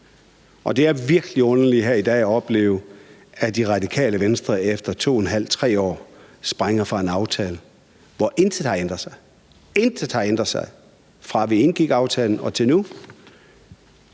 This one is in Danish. det er virkelig underligt i dag at opleve, at Det Radikale Venstre efter 2½-3 år springer fra en aftale, hvor intet har ændret sig – intet har ændret sig – fra vi indgik aftalen til nu.